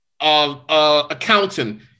accountant